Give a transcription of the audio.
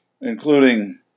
including